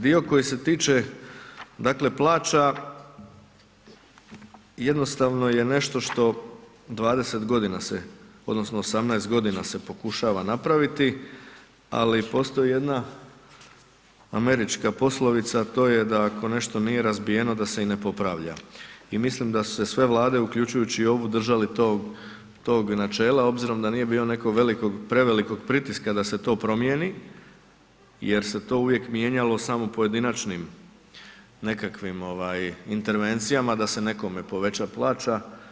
Dio koji se tiče dakle plaća, jednostavno je nešto što dvadeset godina se, odnosno osamnaest godina se pokušava napraviti, ali postoji jedna američka poslovica, a to je da ako nešto nije razbijeno, da se i ne popravlja, i mislim da su se sve Vlade, uključujući o ovu, držale tog načela, obzirom da nije bilo nekog velikog, prevelikog pritiska da se to promijeni jer se to uvijek mijenjalo samo pojedinačnim nekakvim intervencijama da se nekome poveća plaća.